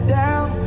down